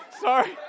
Sorry